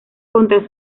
contra